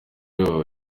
uyoboye